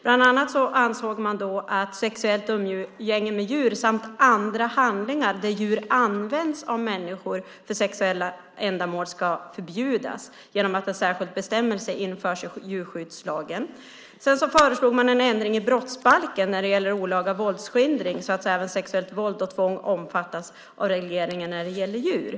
Bland annat ansåg man att sexuellt umgänge med djur samt andra handlingar där djur används av människor för sexuella ändamål ska förbjudas genom att en särskild bestämmelse införs i djurskyddslagen. Sedan föreslog man en ändring i brottsbalken när det gäller olaga våldsskildring, så att sexuellt våld och tvång även omfattas av regleringen när det gäller djur.